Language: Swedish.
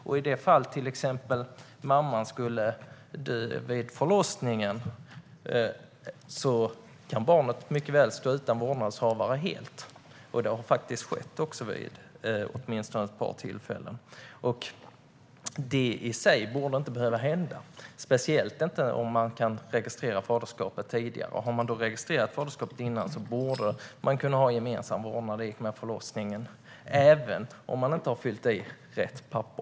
I det fall mamman till exempel skulle dö vid förlossningen kan barnet mycket väl stå helt utan vårdnadshavare, och det har faktiskt skett vid åtminstone ett par tillfällen. Det i sig borde inte behöva hända, speciellt inte om man kan registrera faderskapet tidigare. Har man då registrerat faderskapet före förlossningen borde man kunna få gemensam vårdnad, även om man inte har fyllt i rätt papper.